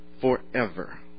forever